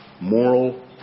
Moral